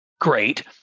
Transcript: great